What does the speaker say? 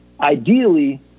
ideally